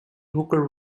hooker